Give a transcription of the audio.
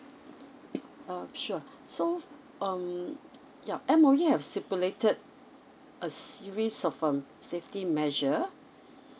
um sure so um yup M_O_E have stipulated a series of um safety measure